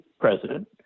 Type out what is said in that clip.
president